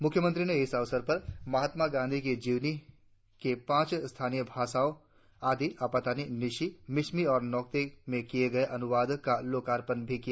मुख्यमंत्री ने इस अवसर पर महात्मा गांधी की जीवनी के पांच स्थानीय भाषाओं आदी आपातानी न्यीशी मिश्मी और नोक्ते में किये गए अनुवाद का लोकार्पन भी किया